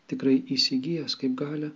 tikrai įsigijęs kaip galią